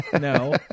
No